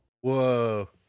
Whoa